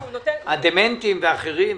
הדמנטיים ואחרים.